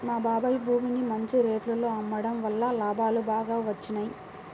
మా బాబాయ్ భూమిని మంచి రేటులో అమ్మడం వల్ల లాభాలు బాగా వచ్చినియ్యి